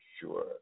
sure